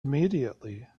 immediately